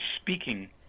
speaking